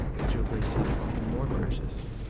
ojibwe seems all the more precious,